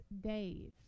days